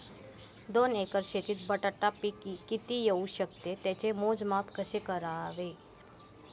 दोन एकर शेतीत बटाटा पीक किती येवू शकते? त्याचे मोजमाप कसे करावे?